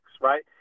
right